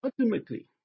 ultimately